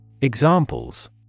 Examples